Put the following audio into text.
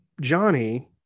Johnny